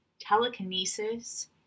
telekinesis